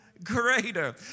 Greater